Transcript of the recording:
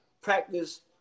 practice